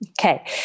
okay